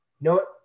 No